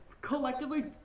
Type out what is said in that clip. collectively